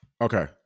Okay